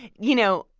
you know,